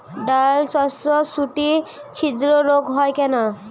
ডালশস্যর শুটি ছিদ্র রোগ হয় কেন?